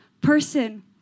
person